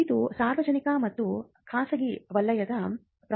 ಇದು ಸಾರ್ವಜನಿಕ ಮತ್ತು ಖಾಸಗಿ ವಲಯದ ಪುರಾಣಗಳು